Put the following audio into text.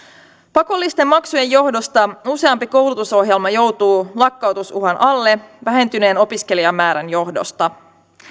pakollisten maksujen johdosta useampi koulutusohjelma joutuu lakkautusuhan alle vähentyneen opiskelijamäärän johdosta